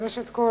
ראשית,